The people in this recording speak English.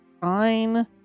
fine